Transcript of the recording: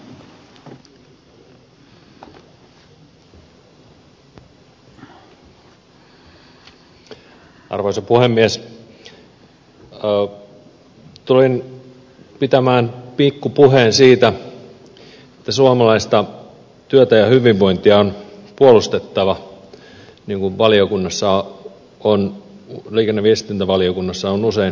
tulin pitämään pikku puheen siitä että suomalaista työtä ja hyvinvointia on puolustettava niin kuin liikenne ja viestintävaliokunnassa on usein sanottu